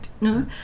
no